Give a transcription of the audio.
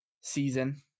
season